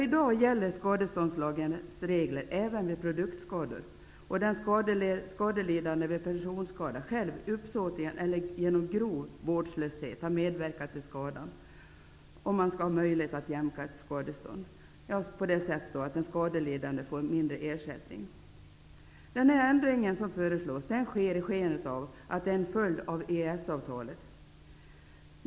I dag gäller skadeståndslagens regler även vid produktskador. Det innebär att den skadelidande vid personskada själv uppsåtligen eller genom grov vårdslöshet måste ha medverkat till skadan för att man skall ha möjlighet att jämka ett skadestånd så att den skadelidande får mindre ersättning. Den föreslagna ändringen ger sken av att det är en följd av EES-avtalet.